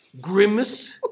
Grimace